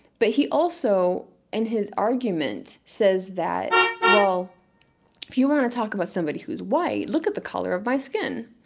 but he also in his argument says that well if you want to talk about somebody who's white, well look at the color of my skin.